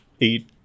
eight